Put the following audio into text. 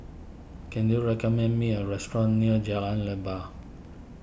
can you recommend me a restaurant near Jalan Leban